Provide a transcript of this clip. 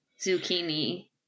zucchini